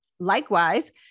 Likewise